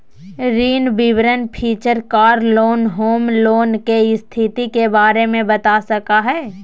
ऋण विवरण feature car loan, home loan, के स्थिति के बारे में बता सका हइ